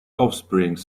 offspring